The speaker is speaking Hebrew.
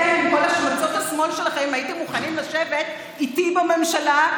אתם עם כל השמצות השמאל שלכם הייתם מוכנים לשבת איתי בממשלה,